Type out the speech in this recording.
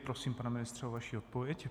Prosím, pane ministře, o vaši odpověď.